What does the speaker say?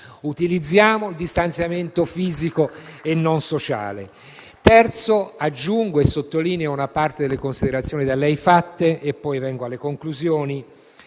Utilizziamo distanziamento fisico e non sociale. In terzo luogo, aggiungo e sottolineo una parte delle considerazioni fatte da lei e poi vengo alle conclusioni;